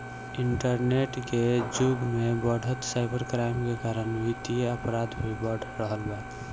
internet के जुग में बढ़त साइबर क्राइम के कारण वित्तीय अपराध भी बढ़ रहल बा